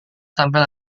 sampai